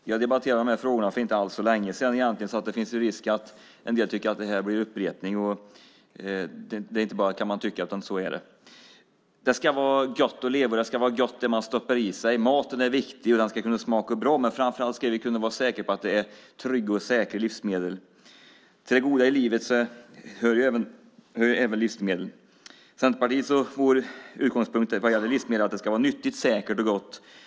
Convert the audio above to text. Fru talman! Vi debatterade de här frågorna för inte alls så länge sedan, så det finns risk att en del tycker att det här blir en upprepning. Och det är inte bara som man kan tycka, utan så är det. Det ska vara gott att leva, och det som man stoppar i sig ska vara gott. Maten är viktig, och den ska smaka bra. Men framför allt ska vi kunna vara säkra på att vi har trygga och säkra livsmedel. Till det goda i livet hör ju även livsmedlen. Centerpartiet utgångspunkt när det gäller livsmedel är att det ska vara nyttigt, säkert och gott.